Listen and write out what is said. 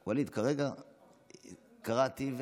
ואליד, כרגע קראתי ואין.